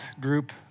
group